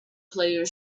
player